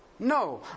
No